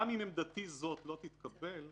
גם אם עמדתי זו לא תתקבל,